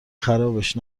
خرابش